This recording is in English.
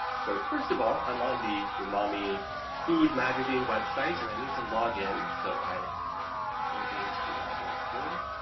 so, first of all, i'm on the umami food magazine website, and i need to log-in, so i go into the log-in screen.